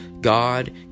God